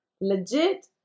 Legit